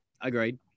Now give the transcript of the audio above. Agreed